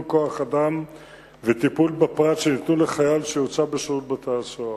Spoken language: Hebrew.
כוח-אדם וטיפול בפרט שיינתנו לחייל שיוצב בשירות בתי-הסוהר.